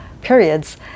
periods